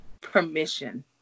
permission